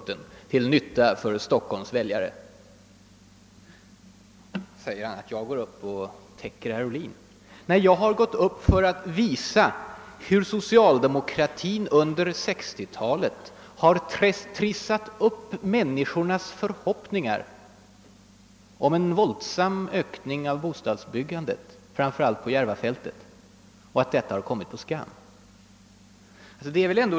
Och det är till nytta för Stockholms väljare. Nej, jag har sannerligen inte gått upp för att täcka herr Ohlin. Jag har begärt ordet för att framhålla att socialdemokratin under 1960-talet har trissat upp människornas förhoppningar om en våldsam ökning av bostadsbyggandet, framför allt på Järvafältet, och att man har kommit dessa förhoppningar på skam.